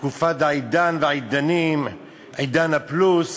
בתקופת העידן והעידנים, עידן הפלוס,